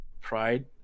pride